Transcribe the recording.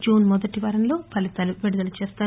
June మొదటి వారంలో ఫలితాలు విడుదల చేస్తారు